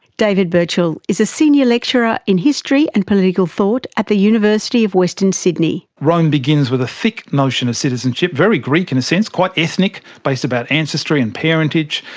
david burchell is a senior lecturer in history and political thought at the university of western sydney. rome begins with a thick notion of citizenship, very greek in a sense, quite ethnic, based about ancestry and parentage,